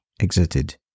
exited